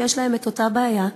שיש להם אותה בעיה,